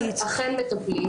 מקרה --- שהמוסדות אכן מטפלים.